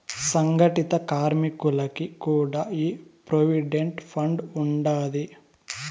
సంగటిత కార్మికులకి కూడా ఈ ప్రోవిడెంట్ ఫండ్ ఉండాది